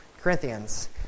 Corinthians